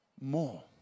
more